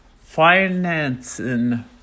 Financing